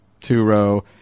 Two-Row